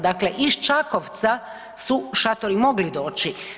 Dakle iz Čakovca su šatori mogli doći.